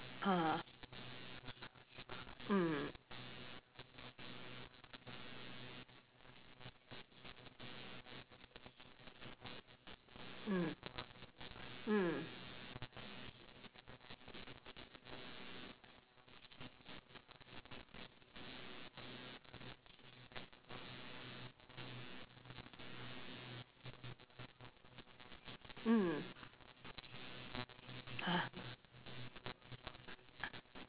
ah mm mm mm mm !huh!